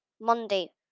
Monday